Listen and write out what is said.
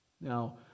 Now